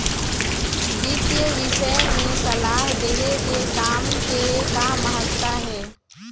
वितीय विषय में सलाह देहे के काम के का महत्ता हे?